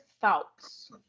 thoughts